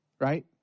right